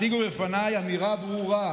הציגו בפניי אמירה ברורה,